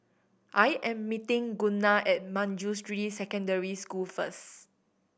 I am meeting Gunnar at Manjusri Secondary School first